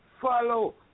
follow